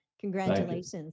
Congratulations